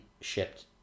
shipped